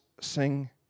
sing